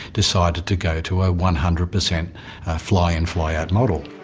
decided to go to a one hundred per cent fly-in fly-out model.